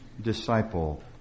disciple